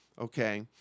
Okay